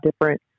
different